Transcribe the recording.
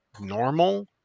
normal